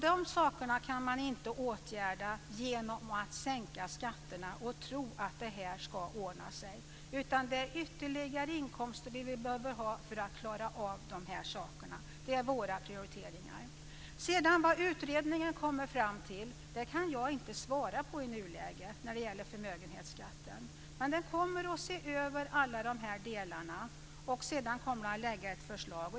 Det kan man inte göra genom att sänka skatterna och tro att detta ska ordna sig. Det är ytterligare inkomster som vi behöver ha för att klara av detta. Det är våra prioriteringar. Vad utredningen sedan kommer fram till när det gäller förmögenhetsskatten kan jag i nuläget inte svara på. Men den kommer att se över alla dessa delar, och sedan kommer den att lägga fram ett förslag.